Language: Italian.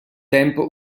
tempo